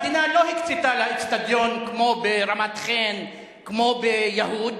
המדינה לא הקצתה לה איצטדיון כמו ברמת-חן וכמו ביהוד,